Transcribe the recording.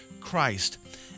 Christ